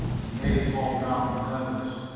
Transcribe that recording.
he made bob rather nervous.